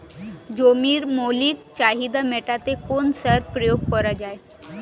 জমির মৌলিক চাহিদা মেটাতে কোন সার প্রয়োগ করা হয়?